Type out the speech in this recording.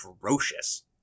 ferocious